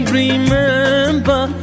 remember